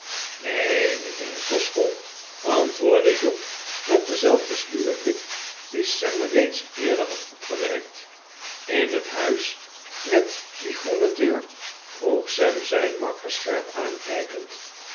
neen niet in een kostschool antwoordde job met denzelfden sluwen blik dien sam reeds eerder had opgemerkt in het huis met die groene deur vroeg sam zijn makker scherp aankijkend